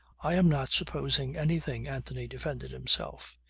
i am not supposing anything, anthony defended himself.